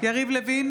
יריב לוין,